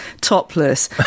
topless